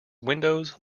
windows